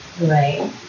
Right